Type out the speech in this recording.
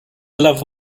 love